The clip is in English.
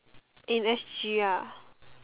in S_G ah